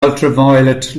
ultraviolet